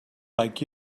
like